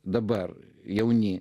dabar jauni